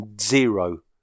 zero